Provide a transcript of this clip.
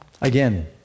Again